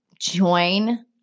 join